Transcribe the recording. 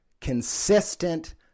consistent